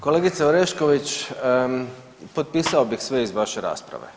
Kolegice Orešković, potpisao bih sve iz vaše rasprave.